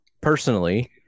personally